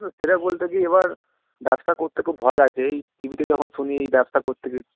না সেটা বলতে কি এবার ব্যবসা করতে খুব ভয় লাগছে এই টিভিতে যখন শুনি এই ব্যবসা করতে গিয়ে